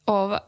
av